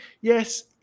yes